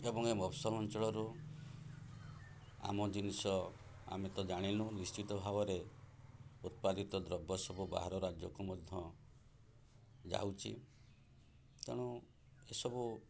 ଏବଂ ଏ ମସଲ ଅଞ୍ଚଳରୁ ଆମ ଜିନିଷ ଆମେ ତ ଜାଣିଲୁ ନିଶ୍ଚିତ ଭାବରେ ଉତ୍ପାଦିତ ଦ୍ରବ୍ୟ ସବୁ ବାହାର ରାଜ୍ୟକୁ ମଧ୍ୟ ଯାଉଛି ତେଣୁ ଏସବୁ